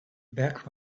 back